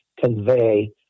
convey